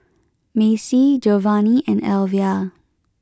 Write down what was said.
Macie Jovany and Elvia